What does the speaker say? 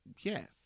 yes